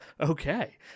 okay